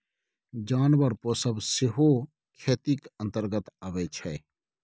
जानबर पोसब सेहो खेतीक अंतर्गते अबै छै